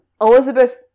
Elizabeth